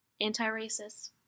Anti-racist